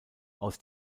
aus